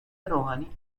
روحانی